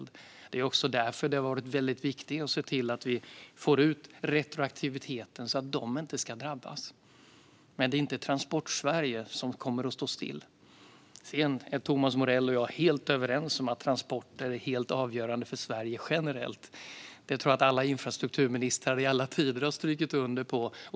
Det är också därför det har varit viktigt att se till att vi får en retroaktivitet så att de inte ska drabbas. Det är inte Transportsverige som kommer att stå still. Thomas Morell och jag helt överens om att transporter är helt avgörande för Sverige generellt; det tror jag att alla infrastrukturministrar i alla tider har skrivit under på.